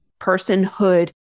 personhood